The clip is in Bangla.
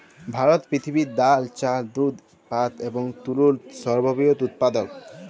ভারত পৃথিবীতে ডাল, চাল, দুধ, পাট এবং তুলোর সর্ববৃহৎ উৎপাদক